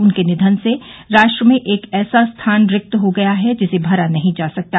उनके निधन से राष्ट्र में एक ऐसा स्थान रिक्त हो गया है जिसे भरा नहीं जा सकता